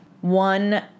one